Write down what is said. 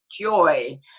joy